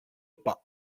pas